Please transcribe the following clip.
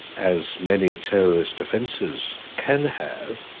as many terrorist offences can have,